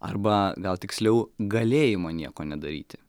arba gal tiksliau galėjimo nieko nedaryti